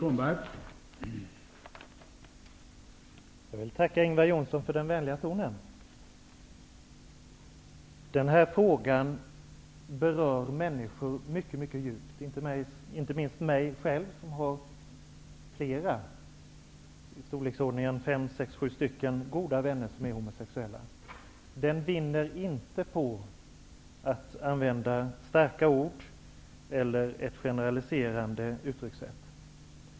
Herr talman! Jag tackar Ingvar Johnsson för den vänliga tonen. Den här frågan berör människor mycket djupt -- inte minst mig själv, eftersom jag har sex eller sju goda vänner som är homosexuella. Frågan vinner inte på att vi använder starka ord eller generaliserande uttrycksätt.